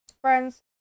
Friends